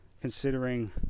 considering